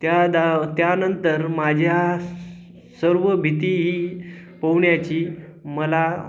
त्या दा त्यानंतर माझ्या स सर्व भीती ही पोहण्याची मला